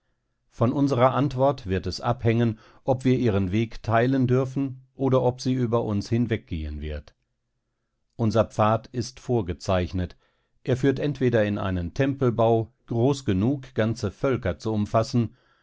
von unserer antwort wird es abhängen ob wir ihren weg teilen dürfen oder ob sie über uns hinweggehen wird unser pfad ist vorgezeichnet er führt entweder in einen tempelbau groß genug ganze völker zu umfassen